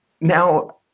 Now –